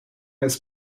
has